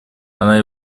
она